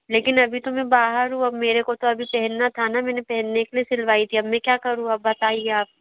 लेकिन अभी तो मैं बाहर हूँ अब मेरे को तो अभी पहनना था ना मैंने पहनने के लिए सिलवाई थी अब मैं क्या करूँ अब बताइए आप